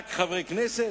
רק חברי כנסת,